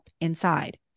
inside